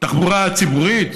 תחבורה ציבורית,